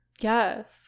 Yes